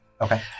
Okay